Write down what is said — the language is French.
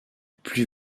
plus